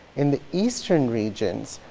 in the eastern regions,